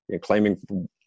claiming